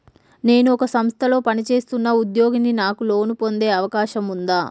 నేను ఒక సంస్థలో పనిచేస్తున్న ఉద్యోగిని నాకు లోను పొందే అవకాశం ఉందా?